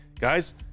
Guys